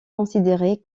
considérée